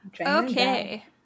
Okay